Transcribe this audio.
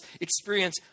experience